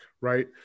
right